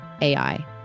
AI